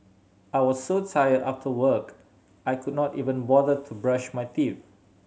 I was so tired after work I could not even bother to brush my teeth